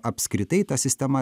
apskritai ta sistema